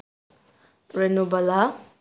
Renubala